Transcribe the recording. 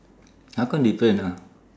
how come different ah